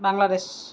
Bangladesh